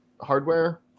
hardware